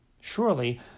Surely